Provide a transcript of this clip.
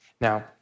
Now